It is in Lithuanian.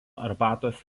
arbatos